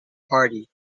party